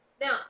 Now